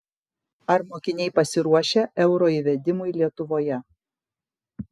ar mokiniai pasiruošę euro įvedimui lietuvoje